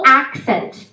accent